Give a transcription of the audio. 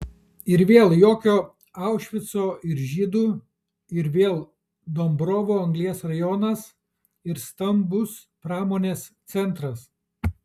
ir vėl jokio aušvico ir žydų ir vėl dombrovo anglies rajonas ir stambus pramonės centras